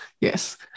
yes